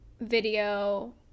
video